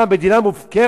מה, מדינה מופקרת?